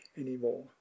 anymore